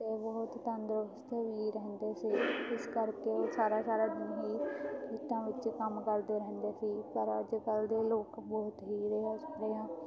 ਅਤੇ ਬਹੁਤ ਤੰਦਰੁਸਤ ਵੀ ਰਹਿੰਦੇ ਸੀ ਇਸ ਕਰਕੇ ਸਾਰਾ ਸਾਰਾ ਦਿਨ ਹੀ ਖੇਤਾਂ ਵਿੱਚ ਕੰਮ ਕਰਦੇ ਰਹਿੰਦੇ ਸੀ ਪਰ ਅੱਜ ਕੱਲ੍ਹ ਦੇ ਲੋਕ ਬਹੁਤ ਹੀ ਰੇਹਾਂ ਸਪਰੇਹਾਂ